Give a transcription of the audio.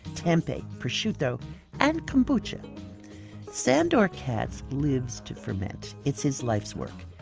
tempeh, prosciutto and kombucha sandor katz lives to ferment it's his life's work.